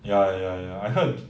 ya ya ya I heard